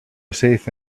safe